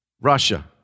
Russia